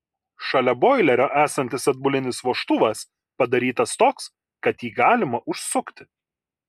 šalia boilerio esantis atbulinis vožtuvas padarytas toks kad jį galima užsukti